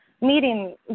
meeting